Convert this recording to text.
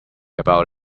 about